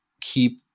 keep